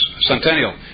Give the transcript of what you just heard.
Centennial